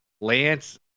Lance